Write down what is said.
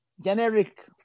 generic